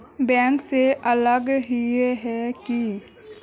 Bank से अलग हिये है की?